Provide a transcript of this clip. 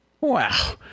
Wow